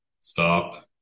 stop